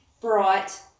bright